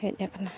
ᱦᱮᱡ ᱟᱠᱟᱱᱟ